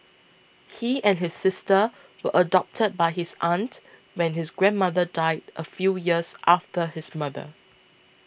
he and his sister were adopted by his aunt when his grandmother died a few years after his mother